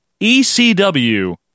ECW